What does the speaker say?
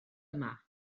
yma